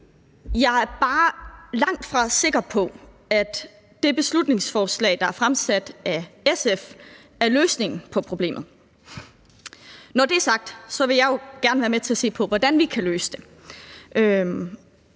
Jeg er bare langtfra sikker på, at det beslutningsforslag, der er fremsat af SF, er løsningen på problemet. Når det er sagt, vil jeg jo gerne være med til at se på, hvordan vi kan løse det.